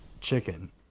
chicken